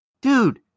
dude